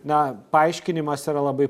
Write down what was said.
na paaiškinimas yra labai